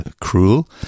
cruel